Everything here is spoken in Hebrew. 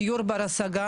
דיור בר השגה,